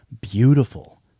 beautiful